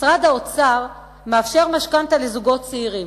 משרד האוצר מאפשר משכנתה לזוגות צעירים.